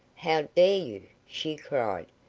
how dare you! she cried.